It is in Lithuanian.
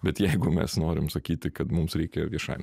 bet jeigu mes norim sakyti kad mums reikia viešajam